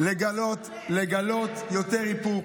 לגלות יותר איפוק.